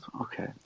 Okay